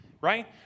right